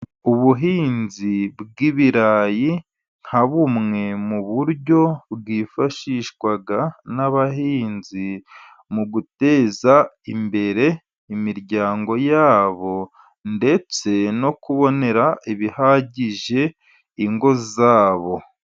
Ubuhinzi bw'ibirayi, nka bumwe mu buryo bwifashishwa n'abahinzi, mu guteza imbere imiryango yabo, ndetse no kubonera ibihagije ingo zabo.